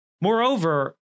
Moreover